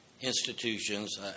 institutions